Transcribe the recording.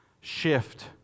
shift